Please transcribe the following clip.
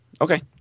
okay